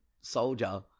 soldier